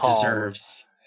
deserves